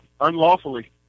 unlawfully